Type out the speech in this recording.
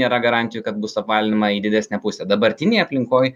nėra garantijų kad bus apvalinama į didesnę pusę dabartinėj aplinkoj